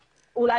מאתגר.